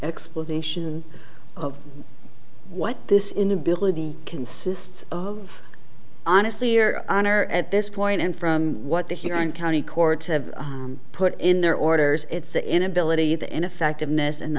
explanation of what this inability consists of honestly or honor at this point and from what the hearing county courts have put in their orders it's the inability the ineffectiveness and